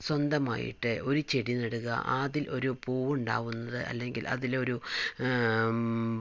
സ്വന്തമായിട്ട് ഒരു ചെടി നടുക അതിൽ ഒരു പൂവുണ്ടാകുന്നത് അതിലൊരു